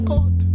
God